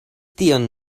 tion